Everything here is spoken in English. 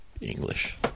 English